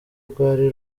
rwari